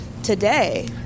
Today